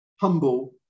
humble